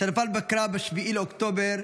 שנפל בקרב ב-7 באוקטובר,